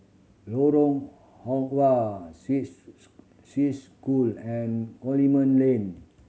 Lorong Halwa Swiss School and Coleman Lane